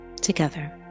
together